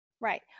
right